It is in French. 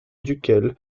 duquel